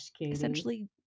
essentially